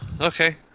Okay